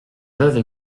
veuve